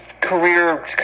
career